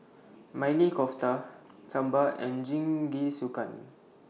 Maili Kofta Sambar and Jingisukan